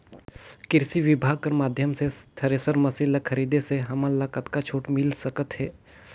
कृषि विभाग कर माध्यम से थरेसर मशीन ला खरीदे से हमन ला कतका छूट मिल सकत हे?